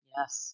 Yes